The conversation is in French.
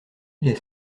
les